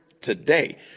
today